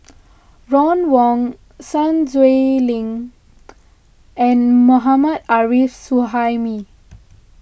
Ron Wong Sun Xueling and Mohammad Arif Suhaimi